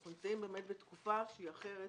אנחנו נמצאים באמת בתקופה שהיא אחרת,